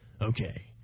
Okay